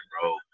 bro